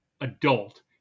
adult